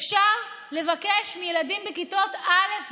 אפשר לבקש מילדים בכיתות א',